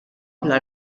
bla